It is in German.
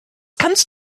kannst